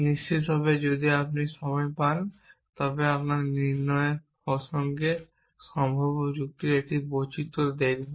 নিশ্চিতভাবে যদি আপনি সময় পান তবে আমরা নির্ণয়ের প্রসঙ্গে সম্ভাব্য যুক্তির একটি বৈচিত্র দেখব